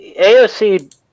AOC